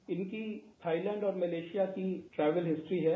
इनकी थाइलैंड और मलेशिया की ट्रैवल हिस्ट्री है